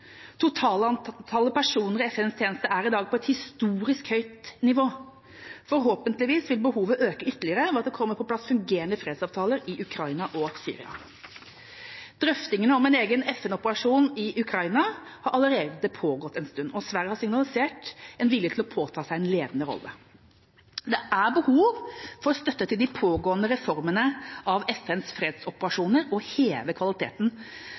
Totalantallet personer i FN-tjeneste er i dag på et historisk høyt nivå. Forhåpentligvis vil behovet øke ytterligere ved at det kommer på plass fungerende fredsavtaler i Ukraina og Syria. Drøftingene om en egen FN-operasjon i Ukraina har allerede pågått en stund. Sverige har signalisert vilje til å påta seg en ledende rolle. Det er behov for støtte til de pågående reformene av FNs fredsoperasjoner og å heve kvaliteten